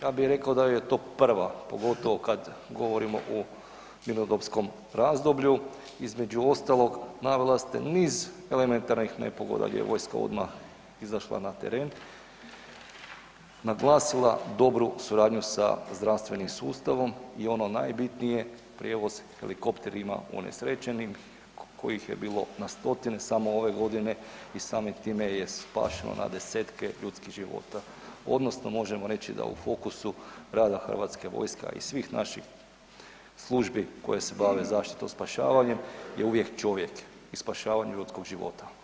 Ja bi rekao da je to prva pogotovo kad govorimo o mirnodopskom razdoblju, između ostalog navela ste niz elementarnih nepogoda gdje je vojska odmah izašla na teren, naglasila dobru suradnju sa zdravstvenim sustavom i ono najbitnije, prijevoz helikopterima unesrećenim koji he bilo na stotine samo ove godine i samim time je spašeno na desetke ljudskih života odnosno možemo reći da u fokusu rada hrvatske vojske a i svih naših službi koje se bave zaštitom i spašavanje je uvijek čovjek i spašavanje ljudskog života.